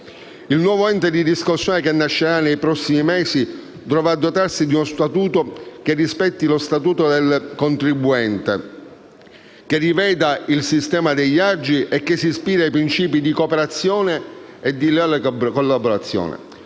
II nuovo ente di riscossione che nascerà nei prossimi mesi dovrà dotarsi di uno statuto che rispetti lo statuto del contribuente, che riveda il sistema degli aggi e che si ispiri ai principi di cooperazione e di leale collaborazione.